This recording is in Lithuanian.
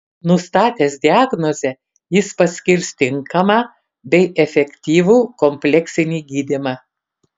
nustatęs diagnozę jis paskirs tinkamą bei efektyvų kompleksinį gydymą